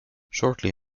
shortly